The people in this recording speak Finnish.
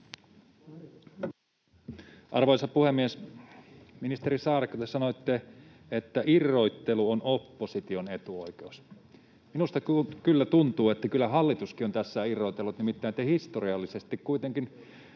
Arvoisa puhemies! Ministeri Saarikko, te sanoitte: ”Irrottelu on opposition etuoikeus.” Minusta kyllä tuntuu, että kyllä hallituskin on tässä irrotellut, nimittäin te historiallisesti kuitenkin